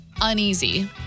uneasy